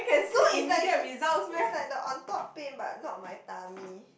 no it's like it's like the on top pain but not my tummy